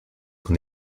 con